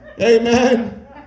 Amen